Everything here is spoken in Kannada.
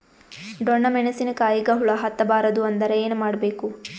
ಡೊಣ್ಣ ಮೆಣಸಿನ ಕಾಯಿಗ ಹುಳ ಹತ್ತ ಬಾರದು ಅಂದರ ಏನ ಮಾಡಬೇಕು?